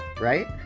Right